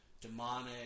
demonic